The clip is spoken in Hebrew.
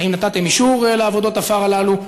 האם נתתם אישור לעבודות העפר הללו?